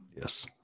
Yes